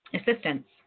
assistance